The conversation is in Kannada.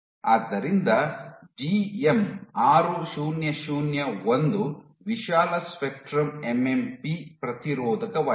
ಆದ್ದರಿಂದ ಜಿಎಂ 6001 ವಿಶಾಲ ಸ್ಪೆಕ್ಟ್ರಮ್ ಎಂಎಂಪಿ ಪ್ರತಿರೋಧಕವಾಗಿದೆ